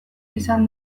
izan